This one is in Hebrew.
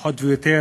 פחות או יותר,